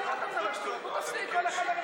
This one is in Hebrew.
נתנו להם אצבע, רוצים את כל היד.